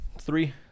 Three